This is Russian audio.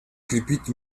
крепить